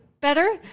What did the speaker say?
better